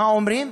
מה אומרים?